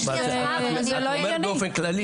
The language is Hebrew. יש לפנינו מסמך של בזכות ושל גופים נוספים.